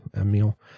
Emil